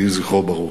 יהי זכרו ברוך.